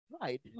right